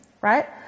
right